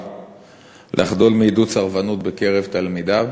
לחדול מעידוד סרבנות בקרב תלמידיו?